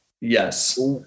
Yes